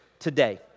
today